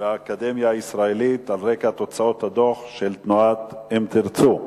באקדמיה הישראלית על רקע דוח תנועת "אם תרצו",